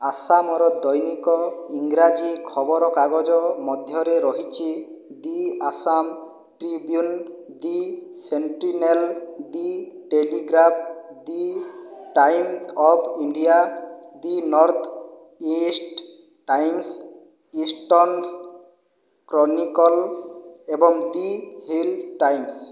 ଆସାମର ଦୈନିକ ଇଂରାଜୀ ଖବରକାଗଜ ମଧ୍ୟରେ ରହିଛି the Assam Tribune the Sentinel the Telegraph the Time of India the North East Times Eastern Chronicle ଏବଂ ଦି ହିଲ୍ ଟାଇମ୍ସ